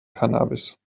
cannabis